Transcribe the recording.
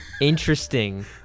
interesting